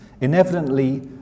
inevitably